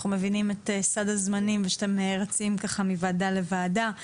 אנחנו מבינים את סד הזמנים שאתם רצים מוועדה לוועדה.